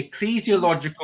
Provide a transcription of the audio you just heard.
ecclesiological